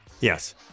yes